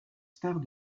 stars